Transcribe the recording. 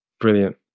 Brilliant